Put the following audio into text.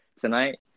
tonight